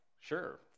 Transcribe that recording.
sure